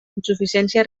insuficiència